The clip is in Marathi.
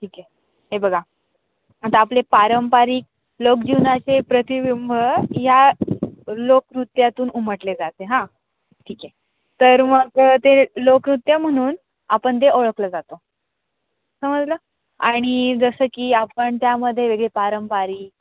ठीक आहे हे बघा आता आपले पारंपरिक लोकजीवनाचे प्रतिबिंब या लोकनृत्यातून उमटले जाते हां ठीक आहे तर मग ते लोकनृत्य म्हणून आपण ते ओळखलं जातो समजलं आणि जसं की आपण त्यामध्ये वेगळे पारंपरिक